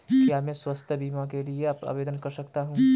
क्या मैं स्वास्थ्य बीमा के लिए आवेदन कर सकता हूँ?